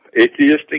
atheistic